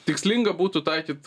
tikslinga būtų taikyt